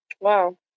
Wow